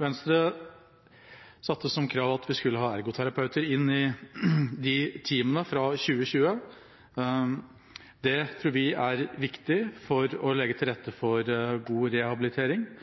Venstre satte som krav at vi skulle ha ergoterapeuter inn i teamene fra 2020. Det tror vi er viktig for å legge til rette for god rehabilitering.